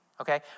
okay